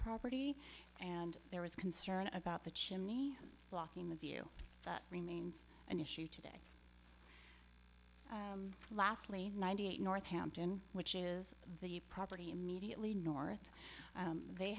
property and there was concern about the chimney blocking the view that remains an issue today lastly ninety eight north hampton which is the property immediately north they